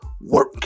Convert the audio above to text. work